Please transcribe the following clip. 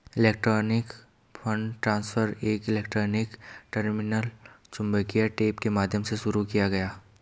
electronic fund transfer एक electronic terminal चुंबकीय tape के माध्यम से शुरू किया गया